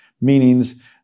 meanings